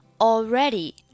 already